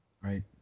right